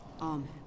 Amen